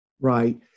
Right